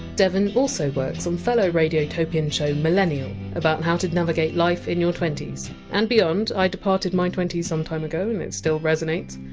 devon also works on fellow radiotopian show millennial, about how to navigate life in your twenty s and beyond. i departed my twenty s some time ago, and it still resonates.